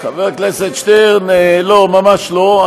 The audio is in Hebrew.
חבר הכנסת שטרן, לא, ממש לא.